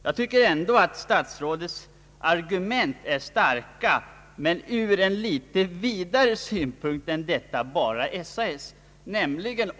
Jag tycker ändå att statsrådets argument är rimliga, men ur en litet vidare synvinkel än bara beträffande SAS.